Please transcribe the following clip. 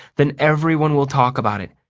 then everyone will talk about it,